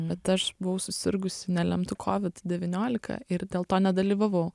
bet aš buvau susirgusi nelemtu kovid devyniolika ir dėl to nedalyvavau